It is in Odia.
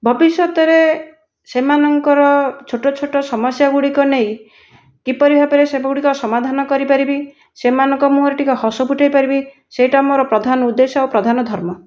ଭବିଷ୍ୟତରେ ସେମାନଙ୍କର ଛୋଟ ଛୋଟ ସମସ୍ୟାଗୁଡ଼ିକ ନେଇ କିପରି ଭାବେ ସେଗୁଡ଼ିକର ସମାଧାନ କରିପାରିବି ସେମାନଙ୍କ ମୁହଁରେ ଟିକେ ହସ ଫୁଟେଇପାରିବି ସେଇଟା ମୋର ପ୍ରଧାନ ଉଦ୍ଦେଶ୍ୟ ଓ ପ୍ରଧାନ ଧର୍ମ